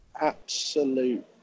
Absolute